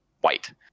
white